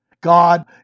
God